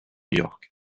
york